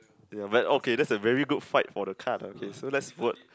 ya but okay that's a very good fight for the card ah okay so let's vote